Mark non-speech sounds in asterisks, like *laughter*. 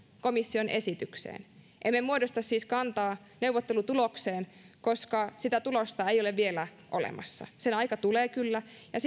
komission esitykseen emme muodosta siis kantaa neuvottelutulokseen koska sitä tulosta ei ole vielä olemassa sen aika tulee kyllä ja *unintelligible*